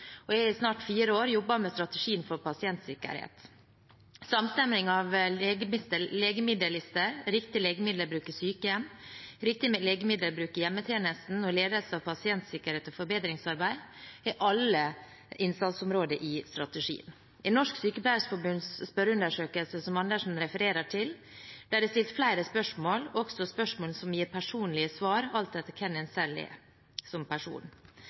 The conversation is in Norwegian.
og har i snart fire år jobbet med en strategi for pasientsikkerhet. Samstemming av legemiddellister, riktig legemiddelbruk på sykehjem, riktig legemiddelbruk i hjemmetjenesten, ledelse av pasientsikkerhet og forbedringsarbeid er innsatsområder i strategien. I Sykepleiens spørreundersøkelse, som representanten Karin Andersen refererte til, ble det stilt flere spørsmål, også spørsmål som gir personlige svar, alt etter hvem man selv er som person.